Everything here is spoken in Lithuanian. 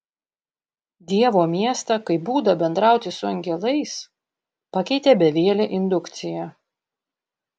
dievo miestą kaip būdą bendrauti su angelais pakeitė bevielė indukcija